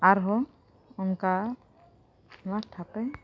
ᱟᱨᱦᱚᱸ ᱚᱱᱠᱟ ᱢᱟ ᱴᱷᱟᱯᱮ